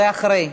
זה אחרי.